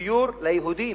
דיור ליהודים,